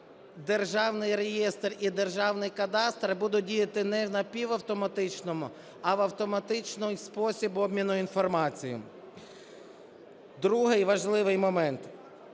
Державний реєстр і Державний кадастр будуть діяти не в напівавтоматичному, а в автоматичний спосіб обміну інформацією. Другий важливий момент